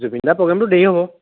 জুবিন দা প্ৰ'গেমটো দেৰি হ'ব